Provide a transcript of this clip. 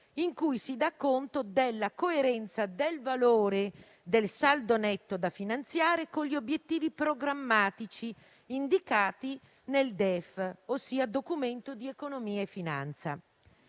in cui si dà conto della coerenza del valore del saldo netto da finanziare con gli obiettivi programmatici indicati nel Documento di economia e finanza